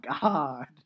god